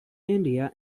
india